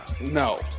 No